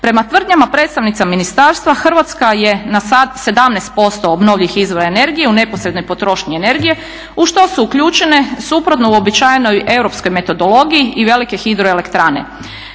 Prema tvrdnjama predstavnica ministarstva Hrvatska je na sad 17% obnovljivih izvora energije u neposrednoj potrošnji energije u što su uključene suprotno uobičajenoj europskoj metodologiji i velike hidroelektrane.